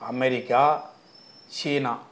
America China